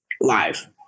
live